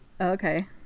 Okay